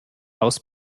aus